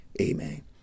Amen